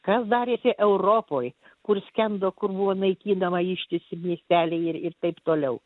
kas darėsi europoj kur skendo kur buvo naikinama ištisi miesteliai ir taip toliau